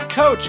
coach